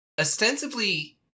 ostensibly